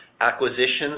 Acquisitions